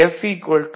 F0 1 x3 xN x1